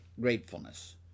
gratefulness